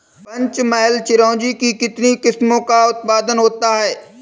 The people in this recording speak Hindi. पंचमहल चिरौंजी की कितनी किस्मों का उत्पादन होता है?